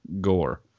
Gore